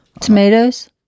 Tomatoes